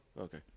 Okay